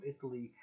Italy